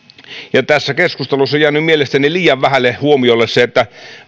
tässä keskustelussa on jäänyt mielestäni liian vähälle huomiolle se että